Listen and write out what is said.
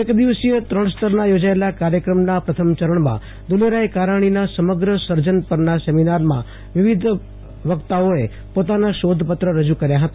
એક દિવસીય ત્રણ સીટના યોજાયેલા કાર્યક્રમના પ્રથમ ચરણમાં દુલેરાય કારાણીના સમગ્ર સર્જન પરના સેમિનારમાં વિવિધ વક્તાઓએ પોતાના શોધપત્ર રજુ કાર્ય હતા